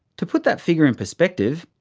to put that figure and perspective,